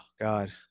god